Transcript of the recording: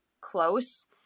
close